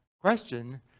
question